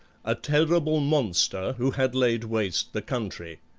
a terrible monster who had laid waste the country.